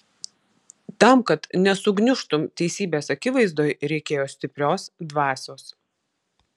tam kad nesugniužtum teisybės akivaizdoj reikėjo stiprios dvasios